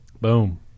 Boom